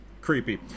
creepy